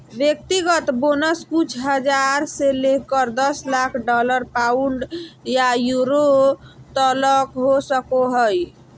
व्यक्तिगत बोनस कुछ हज़ार से लेकर दस लाख डॉलर, पाउंड या यूरो तलक हो सको हइ